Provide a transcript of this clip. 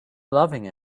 loving